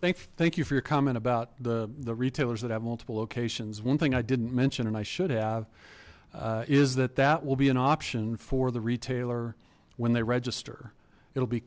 thanks thank you for your comment about the the retailers that have multiple locations one thing i didn't mention and i should have is that that will be an option for the retailer when they register it'll be